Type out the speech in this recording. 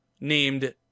named